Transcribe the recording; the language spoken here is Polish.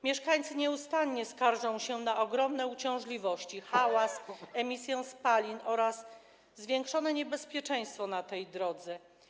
Mieszkańcy nieustannie skarżą się na ogromne uciążliwości, hałas, emisję spalin oraz zwiększone niebezpieczeństwa na tej drodze.